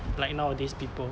like nowadays people